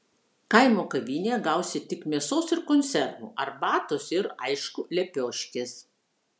kaimo kavinėje gausi tik mėsos ir konservų arbatos ir aišku lepioškės